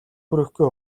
хүрэхгүй